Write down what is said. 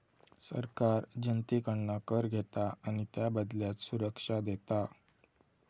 सरकार जनतेकडना कर घेता आणि त्याबदल्यात सुरक्षा देता